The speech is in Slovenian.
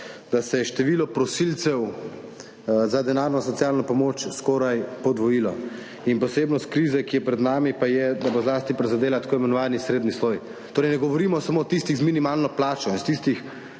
da se je število prosilcev za denarno socialno pomoč skoraj podvojilo. In posebnost krize, ki je pred nami, pa je, da bo zlasti prizadela tako imenovani srednji sloj. Torej ne govorimo samo o tistih z minimalno plačo